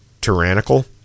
tyrannical